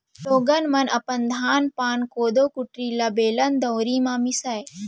लोगन मन अपन धान पान, कोदो कुटकी ल बेलन, दउंरी म मीसय